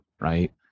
right